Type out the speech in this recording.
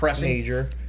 major